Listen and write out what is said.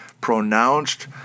pronounced